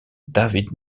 david